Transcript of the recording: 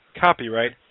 copyright